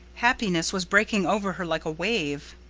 happiness was breaking over her like a wave.